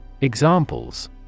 Examples